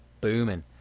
booming